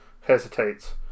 hesitates